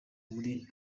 muri